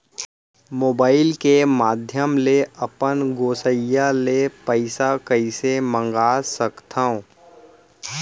Mobile के माधयम ले अपन गोसैय्या ले पइसा कइसे मंगा सकथव?